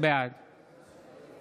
בעד